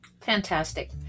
Fantastic